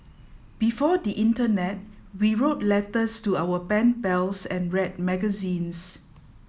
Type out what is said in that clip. before the internet we wrote letters to our pen pals and read magazines